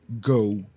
Go